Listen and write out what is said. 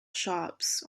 shops